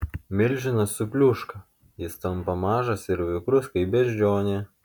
milžinas supliūška jis tampa mažas ir vikrus kaip beždžionė